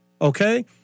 Okay